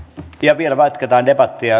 ja vielä jatketaan debattia